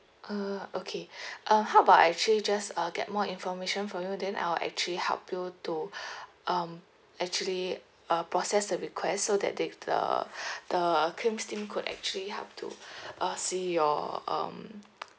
uh okay uh how about I actually just uh get more information from you then I'll actually help you to um actually uh process a request so that they the the claims team could actually help to uh see your um